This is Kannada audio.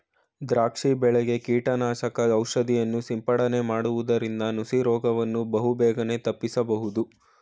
ದ್ರಾಕ್ಷಿ ಬೆಳೆಗೆ ಕೀಟನಾಶಕ ಔಷಧಿಯನ್ನು ಸಿಂಪಡನೆ ಮಾಡುವುದರಿಂದ ನುಸಿ ರೋಗವನ್ನು ಬಹುಬೇಗನೆ ತಪ್ಪಿಸಬೋದು